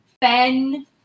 Ben